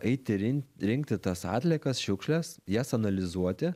eiti rin rinkti tas atliekas šiukšles jas analizuoti